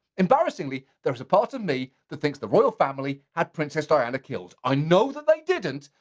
embarrassingly, there is a part of me, that thinks the royal family had princess diana killed. i know that they didn't,